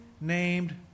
named